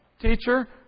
Teacher